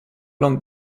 long